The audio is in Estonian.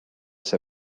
see